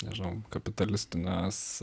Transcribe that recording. nežinau kapitalistinės